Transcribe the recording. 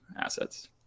assets